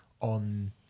on